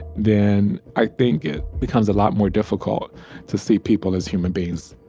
then, i think it becomes a lot more difficult to see people as human beings.